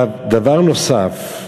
דבר נוסף,